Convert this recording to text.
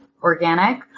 organic